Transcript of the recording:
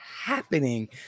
happening